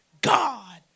God